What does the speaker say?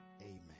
amen